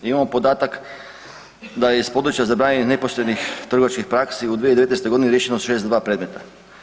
Imamo podatak da je iz područja zabranjenih nepoštenih trgovačkih praksi u 2019.g. riješeno 62 predmeta.